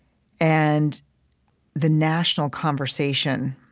and the national conversation,